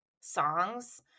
songs